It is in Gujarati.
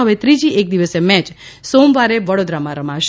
હવે ત્રીજી એક દિવસીય મેચ સોમવારે વડોદરામાં રમાશે